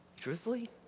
Truthfully